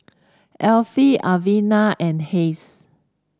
Affie Elvina and Hays